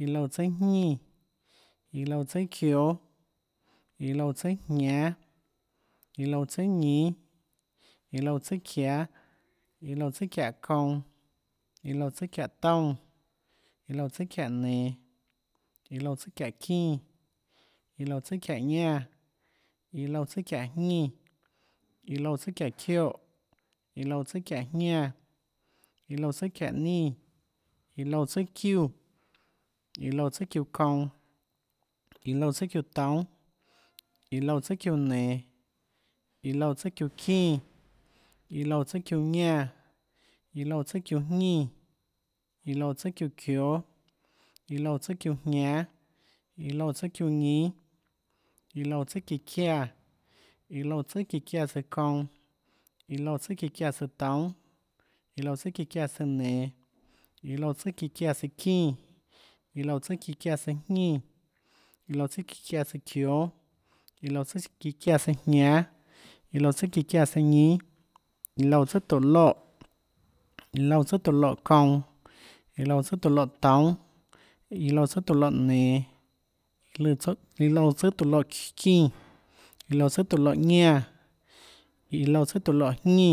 Iã loúã tsùàjñínã, iã loúã tsùà çióâ, iã loúã tsùàjñánâ, iã loúã tsùà ñínâ iã loúã tsùà çiáâ, iã loúã tsùà çiáhå kounã, iã loúã tsùàçiáhå toúnâ, iã loúã tsùàçiáhå nen, iã loúã tsùà çiáhå çínã. iã loúã tsùà çiáhå ñánã. iã loúã tsùà çiáhå jñínã. iã loúã tsùà çiáhå çioè. iã loúã tsùà çiáhå jñánã, iã loúã tsùàçiáhå nínã. iã loúã tsùà çiúã, iã loúã tsùà çiúã kounã. iã loúã tsùà çiúã toúnâ, iã loúã tsùà çiúã nenå. iã loúã tsùà çiúã çínã, iã loúã tsùà çiúã ñánã, iã loúã tsùà çiúãjñínã, iã loúã tsùà çiúã çióâ. iã loúã tsùà çiúã jñánâ, iã loúã tsùà çiúã ñínâ, iã loúã tsùà çíã çiáã. iã loúã tsùàçíã çiáã tsùâ kounã. iã loúã tsùàçíã çiáã tsùâ toúnâ. iã loúã tsùà çíã çiáã tsùâ nenå, iã loúã tsùàçíã çiáã tsùâ çínã. iã loúã tsùà çíã çiáã tsùâ jñínã. iã loúã tsùà çíã çiáã tsùâ çióâ. iã loúã tsùà çiáã tsùâjñánâ. iã loúã tsùà çiáã tsùâjñínâ, iã loúã tsùâ tóå loè. iã loúã tsùàtóå loè kounã. iã loúã tsùàtóå loè toúnâ. iã loúã tsùàtóå loè nenå. iã loúã tsùàtóå loè çínã, iã loúã tsùàtóå loè ñánã. iã loúã tsùàtóå loè jñínã.